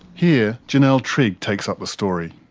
here, janelle trigg takes up the story.